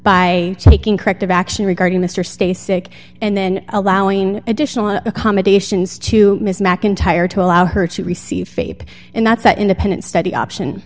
by taking corrective action regarding mr stay sick and then allowing additional accommodations to ms macintyre to allow her to receive faith and that's that independent study option